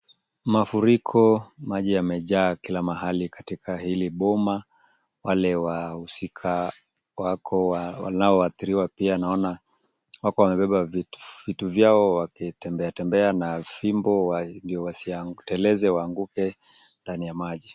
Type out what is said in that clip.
Mafuriko maji yamejaa kila mahali katika hili boma, wale wahusika wanaoadhiriwa pia naona hawakuwa wamebeba vitu vyao wakitembeatembea na fimbo ili wasiteleze waanguke ndani ya maji.